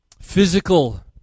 physical